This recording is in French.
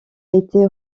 été